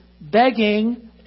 begging